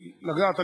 לגעת,